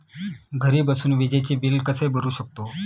घरी बसून विजेचे बिल कसे भरू शकतो?